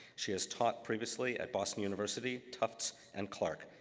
she has taught previously at boston university, tufts, and clark.